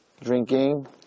drinking